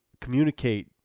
communicate